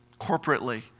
corporately